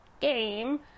game